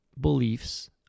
beliefs